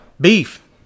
Beef